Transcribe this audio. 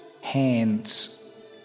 hands